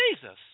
Jesus